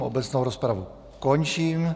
Obecnou rozpravu končím.